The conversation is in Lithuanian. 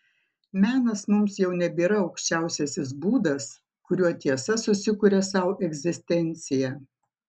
menas mums jau nebėra aukščiausiasis būdas kuriuo tiesa susikuria sau egzistenciją